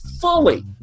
fully